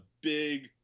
big